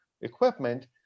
equipment